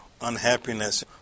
unhappiness